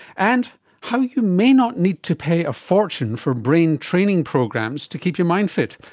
and how you may not need to pay a fortune for brain training programs to keep your mind fit.